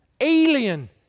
alien